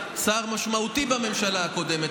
שאתה שר משמעותי בממשלה הקודמת,